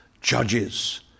Judges